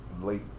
late